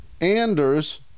anders